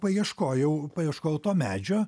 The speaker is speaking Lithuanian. paieškojau paieškojau to medžio